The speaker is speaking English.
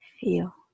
feel